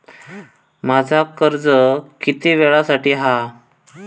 माझा कर्ज किती वेळासाठी हा?